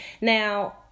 Now